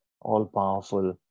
all-powerful